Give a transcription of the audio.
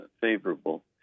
favorable